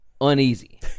uneasy